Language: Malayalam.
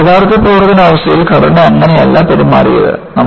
പക്ഷേ യഥാർത്ഥ പ്രവർത്തന അവസ്ഥയിൽ ഘടന അങ്ങനെയല്ല പെരുമാറിയത്